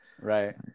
right